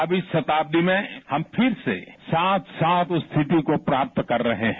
अब इस शताब्दी में हम फिर से साथ साथ उस स्थिति को प्राप्त कर रहे हैं